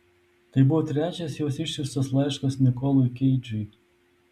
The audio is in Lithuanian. tai buvo trečias jos išsiųstas laiškas nikolui keidžui